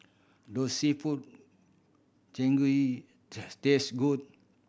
does seafood taste good